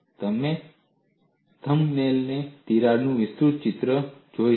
અને તમે થંબનેલ તિરાડનું વિસ્તૃત ચિત્ર જોઈ શકો છો